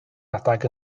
adeg